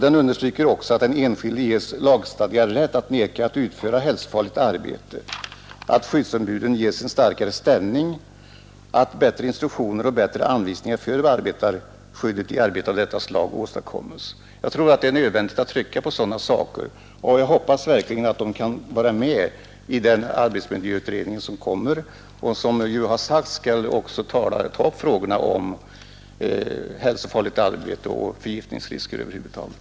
De understryker också behovet av att den enskilde ges lagstadgad rätt att vägra utföra hälsofarligt arbete, att skyddsombuden ges en starkare ställning och att bättre instruktioner och anvisningar för arbetarskyddet i arbete av detta slag åstadkommes. Jag tror det är nödvändigt att trycka på dessa frågor, och jag hoppas verkligen att de tas upp i den arbetsmiljöutredning som kommer och som, enligt vad det sagts, skall ta upp frågorna om hälsofarligt arbete och förgiftningsrisker över huvud taget.